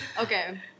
Okay